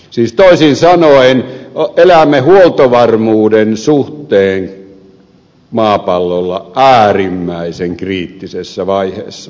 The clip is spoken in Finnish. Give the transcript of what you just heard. siis toisin sanoen elämme huoltovarmuuden suhteen maapallolla äärimmäisen kriittisessä vaiheessa